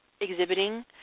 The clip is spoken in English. exhibiting